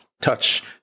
touch